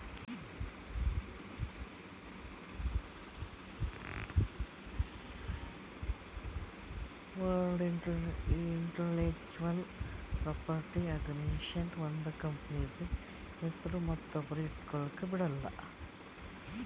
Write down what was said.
world intellectual property organization ಒಂದ್ ಕಂಪನಿದು ಹೆಸ್ರು ಮತ್ತೊಬ್ರು ಇಟ್ಗೊಲಕ್ ಬಿಡಲ್ಲ